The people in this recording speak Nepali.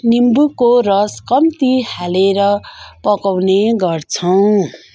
निम्बुको रस कम्ती हालेर पकाउने गर्छौँ